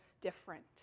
different